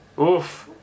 oof